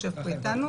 יושב פה איתנו,